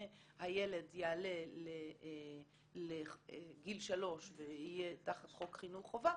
הילד יעלה לגיל שלוש ויהיה תחת חוק חינוך חובה,